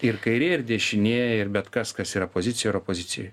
ir kairė ir dešinė ir bet kas kas yra pozicijoj ir opozicijoj